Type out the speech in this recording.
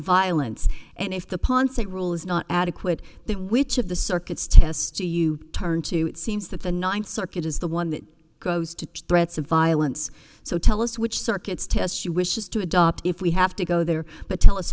violence and if the poncing rule is not adequate they which of the circuits tests do you turn to it seems that the ninth circuit is the one that goes to threats of violence so tell us which circuits test she wishes to adopt if we have to go there but tell us